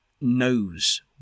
knows